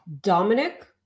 Dominic